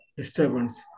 disturbance